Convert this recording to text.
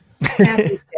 Happy